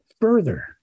further